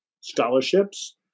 scholarships